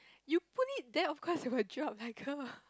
you put it there of course it'll drop lah come on